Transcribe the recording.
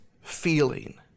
feeling